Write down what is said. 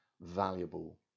valuable